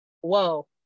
whoa